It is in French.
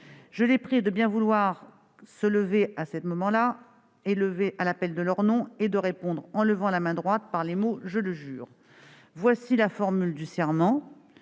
Je les prie de bien vouloir se lever à l'appel de leur nom et de répondre, en levant la main droite, par les mots :« Je le jure. » Voici la formule du serment